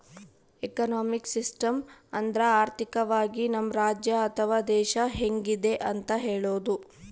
economic system ಅಂದ್ರ ಆರ್ಥಿಕವಾಗಿ ನಮ್ ರಾಜ್ಯ ಅಥವಾ ದೇಶ ಹೆಂಗಿದೆ ಅಂತ ಹೇಳೋದು